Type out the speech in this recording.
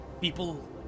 people